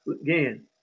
Again